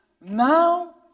now